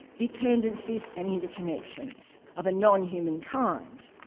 dependencies and interconnections of a non-human kind.